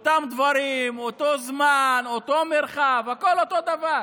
אותם דברים, אותו זמן אותו מרחב, הכול אותו דבר.